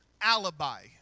alibi